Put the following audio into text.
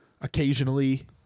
Occasionally